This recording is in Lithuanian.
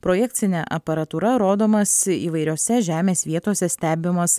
projekcine aparatūra rodomas įvairiose žemės vietose stebimas